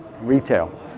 retail